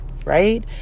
Right